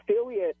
affiliate